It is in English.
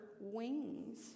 wings